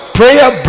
prayer